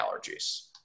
allergies